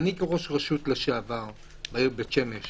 אני כראש רשות לשעבר בעיר בית שמש